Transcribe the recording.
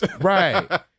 Right